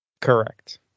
Correct